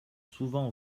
souvent